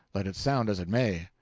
let it sound as it may.